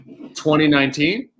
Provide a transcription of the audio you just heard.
2019